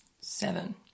seven